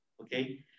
okay